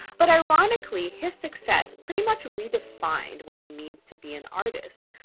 but ironically, his success pretty much redefined what it means to be an artist.